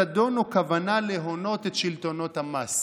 זדון או כוונה להונות את שלטונות המס.